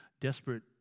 desperate